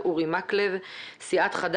הוחלט להקים ועדה מיוחדת לדיון בהצעת חוק